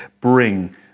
bring